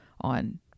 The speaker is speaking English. on